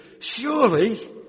surely